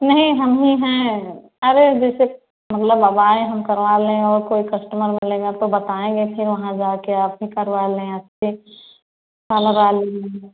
नहीं हम ही हैं अरे जैसे मतलब अब आएँ हम करवा लें और कोई कस्टमर बोलेगा तो बताएँगे फिर वहाँ जाकर अभी करवा लें आपसे पार्लर वाली नहीं है